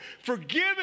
Forgive